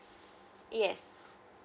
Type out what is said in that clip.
yes